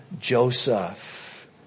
Joseph